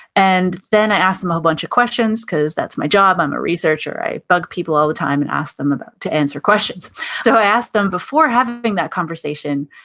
and then i ask them a bunch of questions, cause that's my job. i'm a researcher, i bug people all the time and ask them to answer questions so, i asked them before having that conversation,